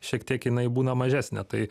šiek tiek jinai būna mažesnė tai